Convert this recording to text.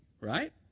right